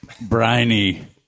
Briny